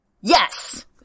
yes